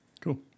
Cool